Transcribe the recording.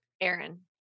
Aaron